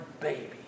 baby